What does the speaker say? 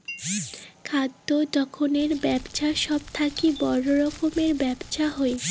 খাদ্য যোখনের বেপছা সব থাকি বড় রকমের ব্যপছা হই